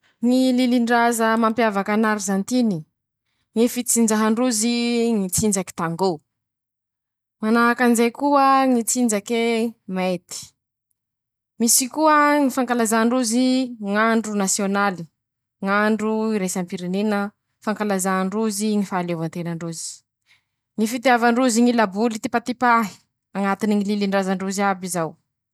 Ñy lilindraza mampiavaka an'Arizantiny: ñy fitsinjaha ndrozy ñy tsinjaky tagô, manahakan'izay koa ñy tsinjake meity, misy koa ñy fankalazà ndrozy ñ'andro nasiônaly, ñ'andro iraisampirenena, fankalazà ndrozy ñy faleovanteña ndrozy, ñy fitiava ndrozy ñy laboly tipatipahy, añatiny Ñy lilindraza ndrozy iaby zao.